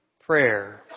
prayer